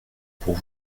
pour